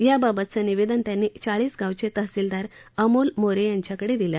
याबाबतचे निवेदन त्यांनी चाळीसगावचे तहसीलदार अमोल मोरे यांना दिलं